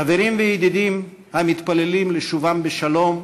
חברים וידידים, המתפללים לשובם בשלום,